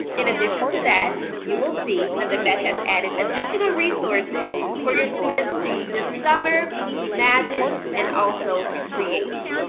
in addition to that, you will see that the met has added additional resources for your students to discover, imagine, and also create.